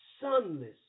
sunless